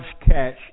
catch